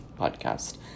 podcast